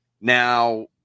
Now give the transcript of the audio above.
Now